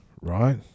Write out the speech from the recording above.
Right